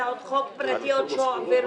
הכול.